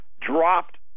dropped